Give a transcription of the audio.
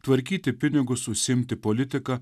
tvarkyti pinigus užsiimti politika